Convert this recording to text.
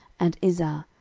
and izhar,